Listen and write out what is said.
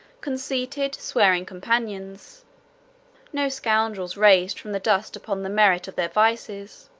conceited, swearing companions no scoundrels raised from the dust upon the merit of their vices,